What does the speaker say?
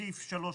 בסעיף (3)